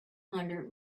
hundred